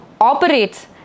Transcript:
operates